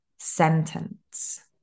sentence